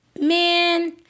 man